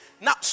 Now